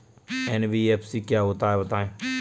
NBFC क्या होता है बताएँ?